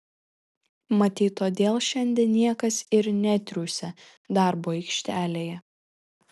matyt todėl šiandien niekas ir netriūsia darbo aikštelėje